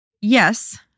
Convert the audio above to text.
Yes